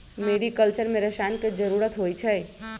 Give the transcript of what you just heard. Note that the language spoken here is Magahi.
मेरिकलचर में रसायन के जरूरत होई छई